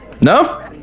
No